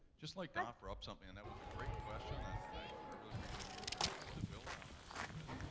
just like to offer up something. and that was a great question, and, and i really appreciate the answer, but just to build on that a little bit.